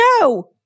No